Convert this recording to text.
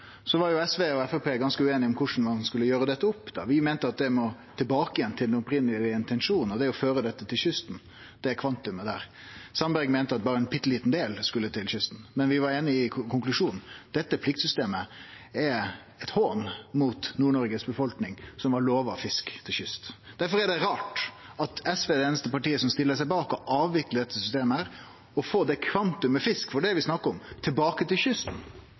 SV og Framstegspartiet var ganske ueinige om korleis ein skulle rette dette opp. Vi meinte at ein måtte tilbake til den opphavlege intensjonen, og det er å føre det kvantumet til kystflåten. Sandberg meinte at berre ein liten del skulle til kystflåten. Men vi var einige om konklusjonen: Dette pliktsystemet er ein hån mot Nord-Noregs befolkning, som var lovt fisk til kystflåten. Derfor er det rart at SV er det einaste partiet som stiller seg bak å avvikle dette systemet og få det kvantumet fisk – for det er det vi snakkar om – tilbake til